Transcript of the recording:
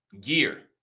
gear